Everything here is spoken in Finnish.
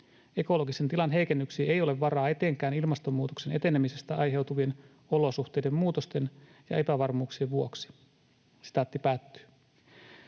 Ekologisen tilan heikennyksiin ei ole varaa etenkään ilmastonmuutoksen etenemisestä aiheutuvien olosuhteiden muutosten ja epävarmuuksien vuoksi.”